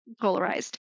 polarized